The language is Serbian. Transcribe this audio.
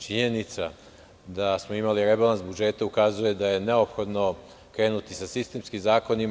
Činjenica da smo imali rebalans budžeta ukazuje na to da je neophodno krenuti sa sistemskim zakonima.